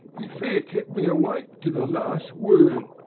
it fair kep' me awake to the last word.